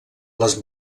les